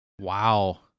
wow